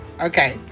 Okay